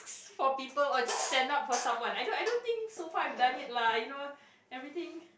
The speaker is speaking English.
for people I just stand up for someone I don't I don't think so far I've done it lah you know everything